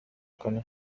کنه